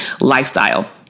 lifestyle